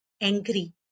angry